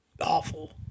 awful